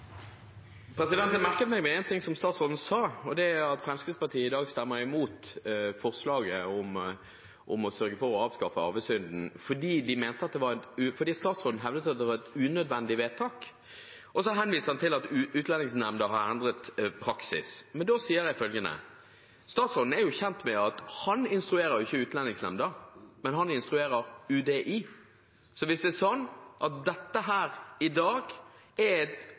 Jeg merket meg en ting som statsråden sa, og det er at Fremskrittspartiet i dag stemmer imot forslaget om å sørge for å avskaffe arvesynden fordi statsråden hevdet at det var et unødvendig vedtak. Han henviste til at Utlendingsnemnda har endret praksis. Men da sier jeg følgende: Statsråden er jo kjent med at han ikke instruerer Utlendingsnemnda, men UDI, så hvis dette i dag er et etter statsrådens oppfatning unødvendig vedtak, kan han da bekrefte at